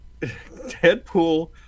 Deadpool